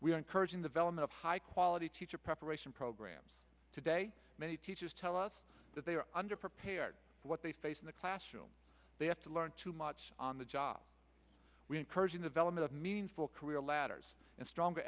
we are encouraging the vellum of high quality teacher preparation programs today many teachers tell us that they are underprepared what they face in the classroom they have to learn too much on the job we encouraging development of meaningful career ladders and stronger